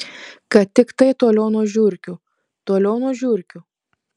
kad tiktai toliau nuo žiurkių toliau nuo žiurkių